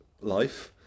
life